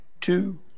two